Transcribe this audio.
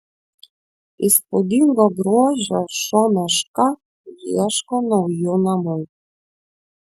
įspūdingo grožio šuo meška ieško naujų namų